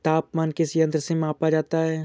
तापमान किस यंत्र से मापा जाता है?